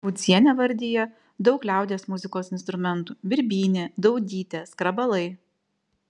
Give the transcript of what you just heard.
budzienė vardija daug liaudies muzikos instrumentų birbynė daudytė skrabalai